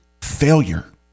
failure